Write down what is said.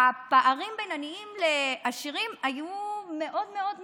הפערים בין עניים לעשירים היו מאוד מאוד מצומצמים.